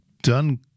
done